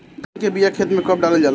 धान के बिया खेत में कब डालल जाला?